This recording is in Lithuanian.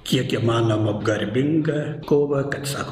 kiek įmanoma garbinga kova kad sako